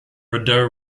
rideau